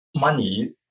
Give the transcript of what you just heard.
money